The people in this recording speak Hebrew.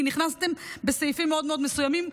כי נכנסתם בסעיפים מאוד מאוד מסוימים.